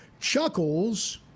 Chuckles